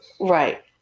Right